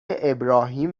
ابراهیم